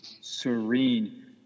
serene